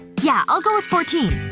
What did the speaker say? yeah, i'll go with fourteen.